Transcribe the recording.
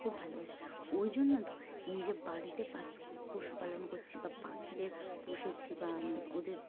খুব ভালোবাসি ওই জন্য তো নিজের বাড়িতে পাখি পশুপালন করছি বা পাখিদের পুষেছি বা ওদের